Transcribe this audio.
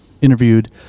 interviewed